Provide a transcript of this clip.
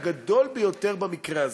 הגדול ביותר במקרה הזה.